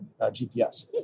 GPS